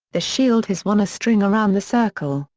the shield has won a string around the circle,